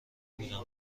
بودم